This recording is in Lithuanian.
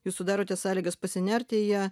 jūs sudarote sąlygas pasinerti į ją